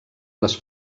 les